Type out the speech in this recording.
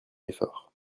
effort